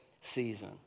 season